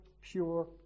pure